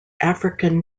african